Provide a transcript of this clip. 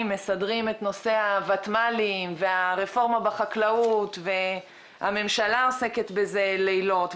מסדרים את נושא הוותמ"לים; והרפורמה בחקלאות; והממשלה עוסקת בזה לילות,